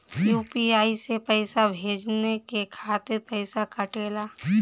UPI से पइसा भेजने के खातिर पईसा कटेला?